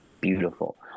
Beautiful